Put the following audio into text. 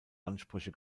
ansprüche